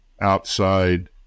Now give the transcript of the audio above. outside